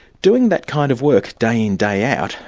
doing that kind of work day in, day out,